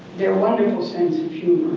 their wonderful sense of humor.